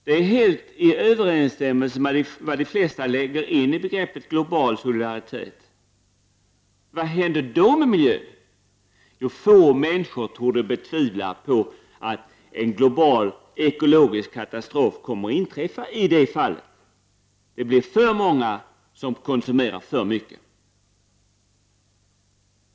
Det är helt i överensstämmelse med vad de flesta lägger in i begreppet global solidaritet. Men vad händer då med miljön? Få människor torde tvivla på att en global ekologisk katastrof kommer att inträffa i det fall då för många människor konsumerar för mycket.